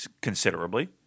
considerably